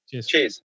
Cheers